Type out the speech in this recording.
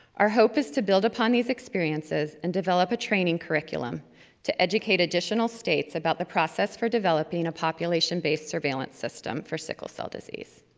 our hope is to build upon these experiences and develop a training curriculum to educate additional states about the process for developing developing a population-based surveillance system for sickle cell disease.